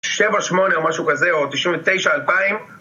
שבע שמונה או משהו כזה, או תשעים ותשע, אלפיים